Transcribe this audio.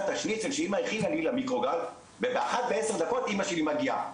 את השניצל שאמא הכינה לי למיקרוגל וב-13:10 אמא שלי מגיעה,